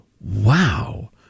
Wow